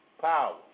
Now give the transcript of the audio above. power